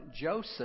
Joseph